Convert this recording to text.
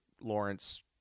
Lawrence